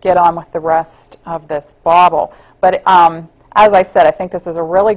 get on with the rest of this bottle but as i said i think this is a really